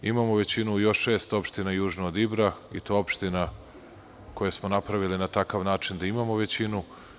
Imamo većinu još u šest opština južno od Ibra i to opština koje smo napravili na takav način da imamo većinu.